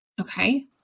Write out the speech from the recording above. okay